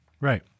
Right